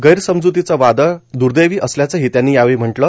गैरसमजुतीचं वादळ दुर्देवी असल्याचंही त्यांनी यावेळी म्हटलं